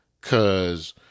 cause